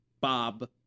bob